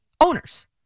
owners